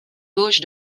gauche